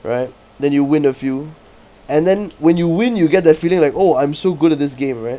right then you win a few and then when you win you get that feeling like oh I'm so good at this game right